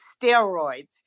steroids